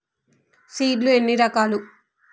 Seed లు ఎన్ని రకాలు?